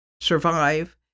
survive